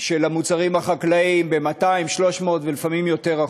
של המוצרים החקלאיים ב-200% 300%, ולפעמים יותר,